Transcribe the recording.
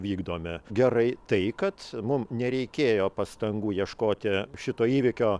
vykdomi gerai tai kad mums nereikėjo pastangų ieškoti šito įvykio